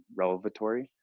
relevatory